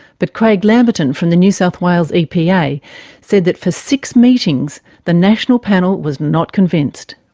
but craig lamberton from the new south wales epa yeah said that for six meetings, the national panel was not convinced.